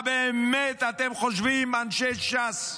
אתם באמת חושבים, אנשי ש"ס,